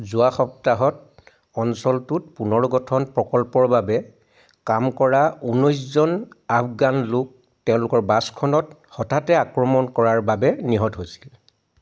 যোৱা সপ্তাহত অঞ্চলটোত পুনৰ গঠন প্ৰকল্পৰ বাবে কাম কৰা ঊনৈছজন আফগান লোক তেওঁলোকৰ বাছখনত হঠাতে আক্ৰমণ কৰাৰ বাবে নিহত হৈছিল